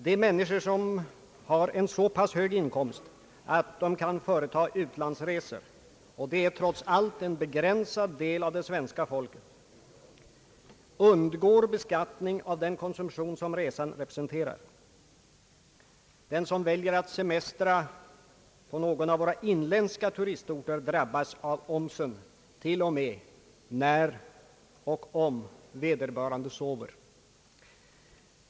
De människor som har en så pass hög inkomst att de kan företaga utlandsresor — och det är trots allt en begränsad del av det svenska folket — undgår beskattning av den konsumtion som resan representerar. Den som väljer att semestra på någon av våra inländska turistorter drabbas av omsen till och med när och om vederbörande sover.